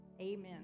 amen